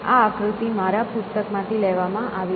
આ આકૃતિ મારા પુસ્તક માંથી લેવામાં આવી છે